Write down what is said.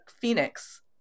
Phoenix